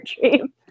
dream